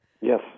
Yes